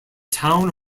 town